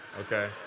okay